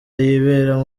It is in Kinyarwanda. yibera